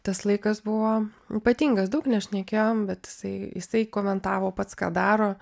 tas laikas buvo ypatingas daug nešnekėjom bet jisai jisai komentavo pats ką daro